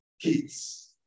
kids